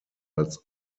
als